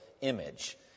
image